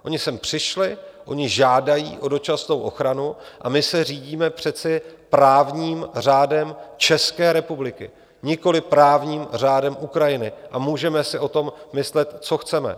Oni sem přišli, oni žádají o dočasnou ochranu a my se řídíme přece právním řádem České republiky, nikoli právním řádem Ukrajiny, a můžeme si o tom myslet, co chceme.